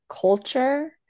culture